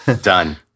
Done